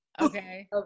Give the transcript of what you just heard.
Okay